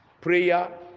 Prayer